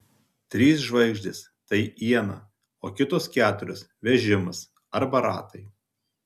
trys žvaigždės tai iena o kitos keturios vežimas arba ratai